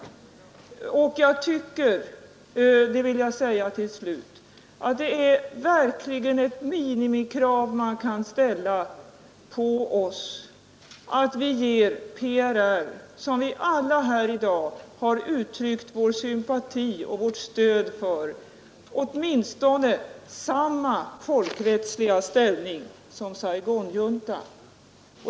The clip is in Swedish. Till slut vill jag säga att ett minimikrav man kan ställa på oss är att vi ger PRR, som vi alla här i dag har uttryckt vår sympati och vårt stöd för, åtminstone samma folkrättsliga ställning som Saigonjuntan.